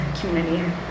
community